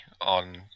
on